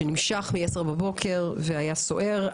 שנמשך מ-10 בבוקר והיה סוער.